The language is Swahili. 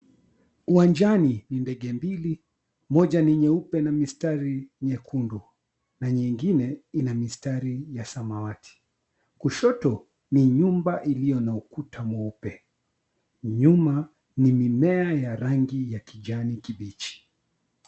Uwanjani ni ndege mbili. Moja ni nyeupe na mistari nyekundu na nyingine ina mistari ya samawati. Kushoto ni nyumba iliyo na ukuta mweupe. Nyuma ni mimea ya rangi ya kijani kibichi.